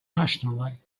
nationally